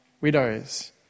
widows